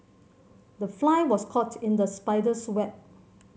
the fly was caught in the spider's web